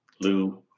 Lou